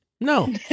no